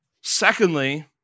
Secondly